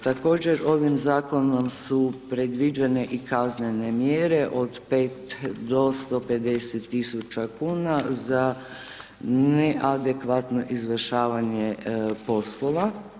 Također ovim zakonom su predviđene i kaznene mjere od 5 do 150 000 kuna za neadekvatno izvršavanje poslova.